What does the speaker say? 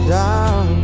down